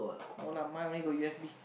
no lah mine only got USB